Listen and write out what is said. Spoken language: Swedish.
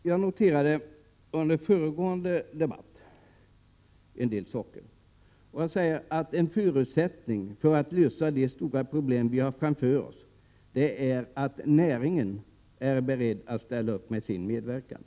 Jag noterade en del under föregående debatt och jag vill säga att en förutsättning för att lösa de stora problem vi har framför oss är att näringen är beredd att ställa upp med sin medverkan.